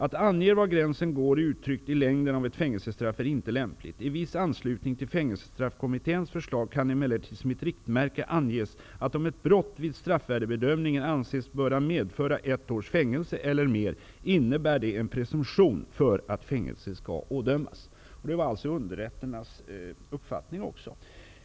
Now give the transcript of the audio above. Att ange var gränsen går uttryckt i längden av ett fängelsestraff är inte lämpligt. I viss anslutning till fängelsestraffkommitténs förslag kan emellertid som ett riktvärde anges att om ett brott vid straffvärdebedömningen anses böra medföra ett års fängelse eller mer innebär det en presumtion för att fängelse skall ådömas.'' Det var också underrätternas uppfattning.